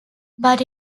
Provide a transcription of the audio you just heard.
but